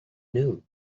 knew